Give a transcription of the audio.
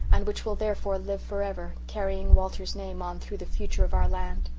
and which will therefore live for ever, carrying walter's name on through the future of our land.